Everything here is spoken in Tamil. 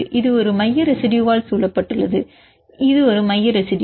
இது ஒரு மைய ரெசிடுயுவால் சூழப்பட்டுள்ளது இது ஒரு மைய ரெசிடுயு